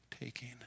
taking